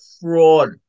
fraud